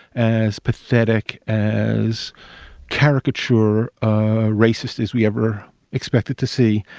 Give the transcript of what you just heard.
as pathetic, as caricature a racist as we ever expected to see.